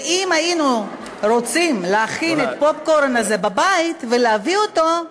ואם היינו רוצים להכין את הפופקורן הזה בבית ולהביא אותו,